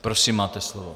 Prosím, máte slovo.